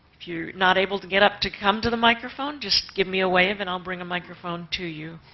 if you're not able to get up to come to the microphone, just give me a wave, and i'll bring a microphone to you.